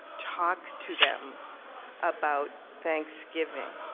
talk to them about thanksgiving.